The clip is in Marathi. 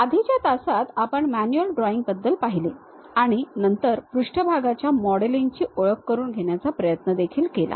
आधीच्या तासात आपण मॅन्युअल ड्रॉईंग बद्दल पहिले आणि नंतर पृष्ठभागाच्या मॉडेलिंग ची ओळख करून घेण्याचा प्रयत्न देखील केला